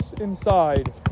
inside